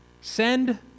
Send